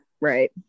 right